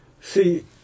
See